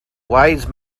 wise